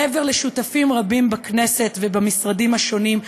מעבר לשותפים רבים בכנסת ובמשרדים השונים,